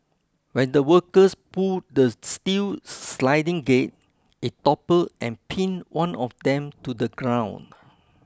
when the workers pulled the steel sliding gate it toppled and pinned one of them to the ground